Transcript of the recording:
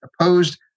opposed